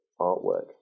artwork